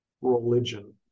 religion